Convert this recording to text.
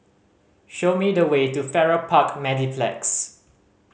show me the way to Farrer Park Mediplex